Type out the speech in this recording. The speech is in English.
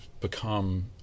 become